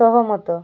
ସହମତ